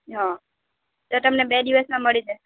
હ તો તમને બે દિવસમાં મળી જશે